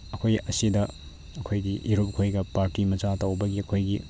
ꯑꯩꯈꯣꯏ ꯑꯁꯤꯗ ꯑꯩꯈꯣꯏꯒꯤ ꯏꯔꯨꯞꯈꯣꯏꯒ ꯄꯥꯔꯇꯤ ꯃꯆꯥ ꯇꯧꯕꯒꯤ ꯑꯩꯈꯣꯏꯒꯤ